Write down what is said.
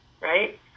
right